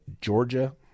Georgia